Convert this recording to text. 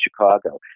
Chicago